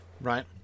right